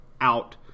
out